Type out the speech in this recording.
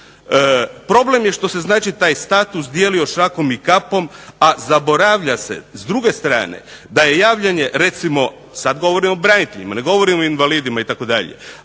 Problem je što se znači taj status dijelio šakom i kapom, a zaboravlja se s druge strane da je javljanje recimo, sad govorim o braniteljima, ne govorim o invalidima itd., da je